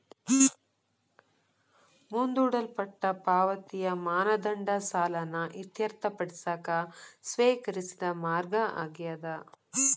ಮುಂದೂಡಲ್ಪಟ್ಟ ಪಾವತಿಯ ಮಾನದಂಡ ಸಾಲನ ಇತ್ಯರ್ಥಪಡಿಸಕ ಸ್ವೇಕರಿಸಿದ ಮಾರ್ಗ ಆಗ್ಯಾದ